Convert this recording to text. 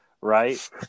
right